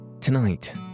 Tonight